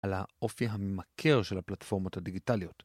על האופי הממכר של הפלטפורמות הדיגיטליות.